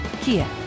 Kia